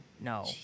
no